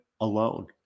alone